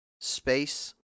space